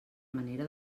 manera